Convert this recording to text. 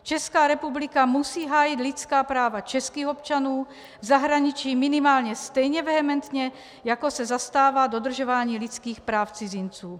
Česká republika musí hájit lidská práva českých občanů v zahraničí minimálně stejně vehementně, jako se zastává dodržování lidských práv cizinců.